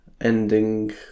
ending